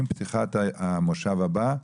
עם פתיחת המושב הבא,